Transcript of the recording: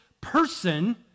person